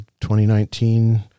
2019